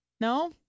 no